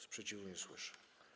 Sprzeciwu nie słyszę.